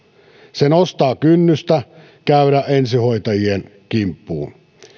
se nostaa kynnystä käydä ensihoitajien kimppuun